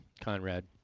Conrad